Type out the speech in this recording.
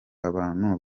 abantu